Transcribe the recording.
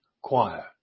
Choir